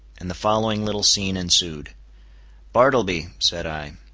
and the following little scene ensued bartleby, said i,